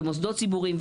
במוסדות ציבוריים,